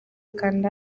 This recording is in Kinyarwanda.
kanda